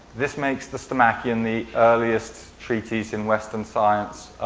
this makes the stomachion the earliest treatise in western science